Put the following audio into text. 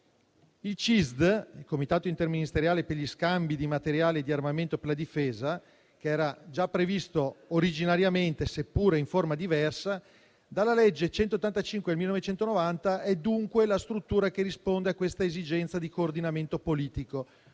Il CISD, il Comitato interministeriale per gli scambi di materiali di armamento per la difesa, che era già previsto originariamente, seppure in forma diversa, dalla legge n. 185 del 1990, è dunque la struttura che risponde a questa esigenza di coordinamento politico,